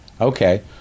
Okay